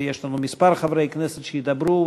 יש לנו כמה חברי כנסת שידברו,